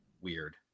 Weird